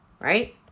right